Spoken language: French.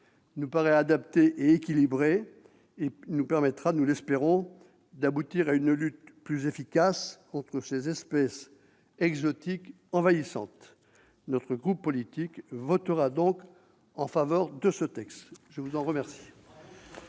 nous paraît adaptée et équilibrée. Elle permettra, nous l'espérons, d'aboutir à une lutte plus efficace contre ces espèces exotiques envahissantes. Notre groupe politique votera donc en faveur de ce texte. Bravo pour votre